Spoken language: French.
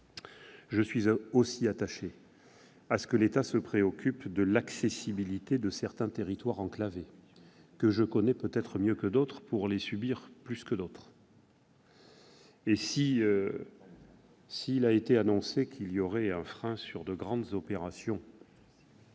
Je suis aussi attaché à ce que l'État se préoccupe de l'accessibilité de certains territoires enclavés, que je connais peut-être mieux que d'autres pour subir cet enclavement plus que d'autres. Et s'il a été annoncé qu'on mettrait un frein à certaines grandes opérations,